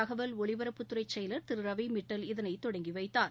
தகவல் ஒலிபரப்புத் துறை செயலர் திரு ரவி மிட்டல் இதனைத் தொடங்கிவைத்தார்